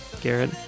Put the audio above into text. Garrett